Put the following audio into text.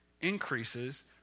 increases